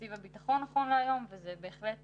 מתקציב הביטחון נכון להיום, וזה בהחלט